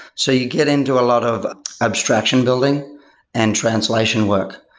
so you get in to a lot of abstraction building and translation work.